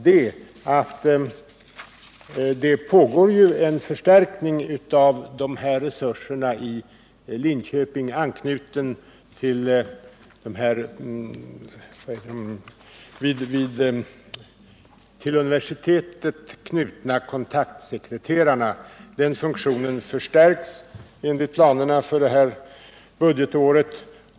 F. ö. kan sägas att det pågår en förstärkning av resurserna för de till universitetet i Linköping knutna kontaktsekreterarna. Den funktionen Om den svenska förstärks enligt planerna för detta budgetår.